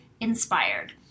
inspired